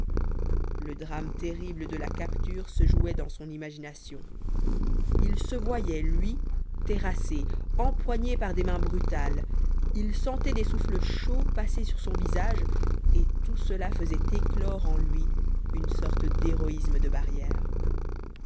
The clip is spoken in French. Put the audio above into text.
le drame terrible de la capture se jouait dans son imagination il se voyait lui terrassé empoigné par des mains brutales il sentait des souffles chauds passer sur son visage et tout cela faisait éclore en lui une sorte d'héroïsme de barrière